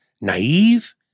naive